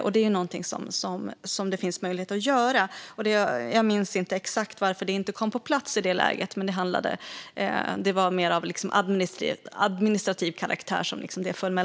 Detta är någonting som det finns möjlighet att göra. Jag minns inte exakt varför det inte kom på plats i det läget, men om jag minns rätt var anledningen till att det föll mellan stolarna mer av administrativ karaktär.